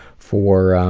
for